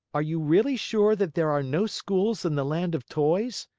are you really sure that there are no schools in the land of toys?